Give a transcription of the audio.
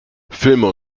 filme